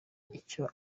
icyo